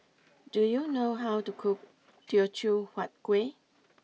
do you know how to cook Teochew Huat Kueh